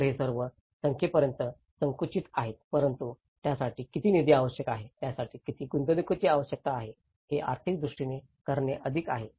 तर ते सर्व संख्येपर्यंत संकुचित आहेत परंतु त्यासाठीच किती निधी आवश्यक आहे त्यासाठी किती गुंतवणूकीची गरज आहे हे आर्थिक दृष्टीने करणे अधिक आहे